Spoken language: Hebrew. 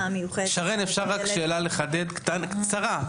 אפשר רק שאלה לחדד קצרה,